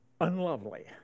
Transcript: unlovely